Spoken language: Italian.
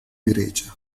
grecia